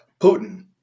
Putin